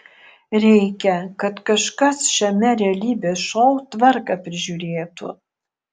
reikia kad kažkas šiame realybės šou tvarką prižiūrėtų